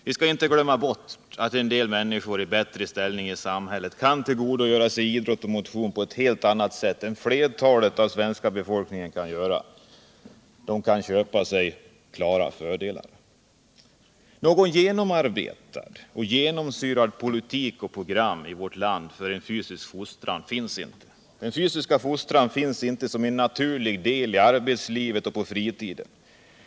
Vi skall inte glömma bort att en del människor i bättre ställning i samhället kan tillgodogöra sig idrott och motion på ett helt annat sätt än flertalet av den svenska befolkningen kan göra. De kan köpa sig klara fördelar. Någon genomarbetad politik och något program för fysisk fostran finns inte i vårt land. Den fysiska fostran ingår inte som en naturlig del i arbetslivet och fritiden.